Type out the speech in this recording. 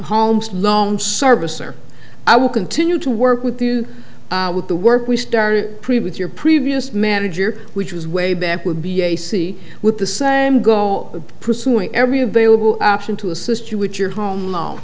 home loan service or i will continue to work with you with the work we started previous your previous manager which was way back would be a c with the same go pursuing every available option to assist you with your home lo